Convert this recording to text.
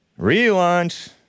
Relaunch